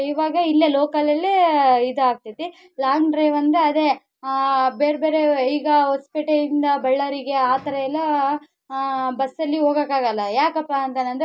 ಇವಾಗ ಇಲ್ಲೇ ಲೋಕಲಲ್ಲಿ ಇದು ಆಗ್ತೈತಿ ಲಾಂಗ್ ಡ್ರೈವ್ ಅಂದರೆ ಅದೇ ಬೇರೆ ಬೇರೆ ಈಗ ಹೊಸ್ಪೇಟೆಯಿಂದ ಬಳ್ಳಾರಿಗೆ ಆ ಥರಯೆಲ್ಲ ಬಸ್ಸಲ್ಲಿ ಹೋಗೋಕ್ಕಾಗಲ್ಲ ಯಾಕಪ್ಪ ಅಂತಾನಂದ್ರೆ